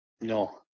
No